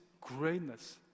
greatness